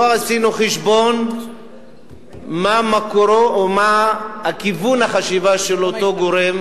לא עשינו חשבון מה מקורו או מה כיוון החשיבה של אותו גורם.